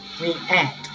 react